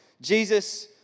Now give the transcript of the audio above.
Jesus